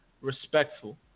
respectful